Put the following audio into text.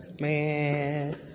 man